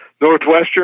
Northwestern